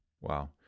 Wow